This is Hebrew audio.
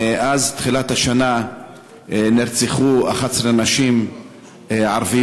מאז תחילת השנה נרצחו 11 נשים ערביות.